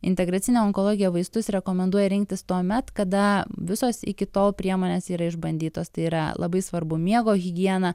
integracinė onkologija vaistus rekomenduoja rinktis tuomet kada visos iki tol priemonės yra išbandytos tai yra labai svarbu miego higiena